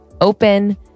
Open